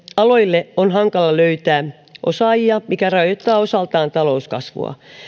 aloille on hankala löytää osaajia mikä rajoittaa osaltaan talouskasvua